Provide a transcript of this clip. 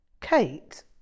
Kate